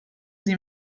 sie